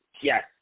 yes